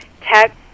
tech